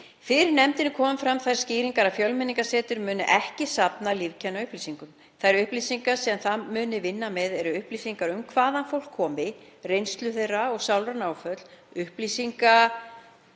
Fyrir nefndinni komu fram þær skýringar að Fjölmenningarsetur muni ekki safna lífkennaupplýsingum. Þær upplýsingar sem það muni vinna með eru m.a. upplýsingar um hvaðan fólk komi, reynsla þess og sálræn áföll, upplýsingar